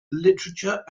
literature